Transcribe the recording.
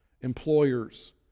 employers